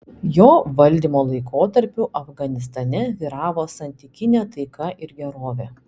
jo valdymo laikotarpiu afganistane vyravo santykinė taika ir gerovė